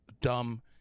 dumb